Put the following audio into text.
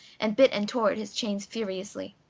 and bit and tore at his chains furiously.